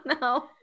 no